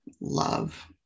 love